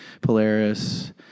Polaris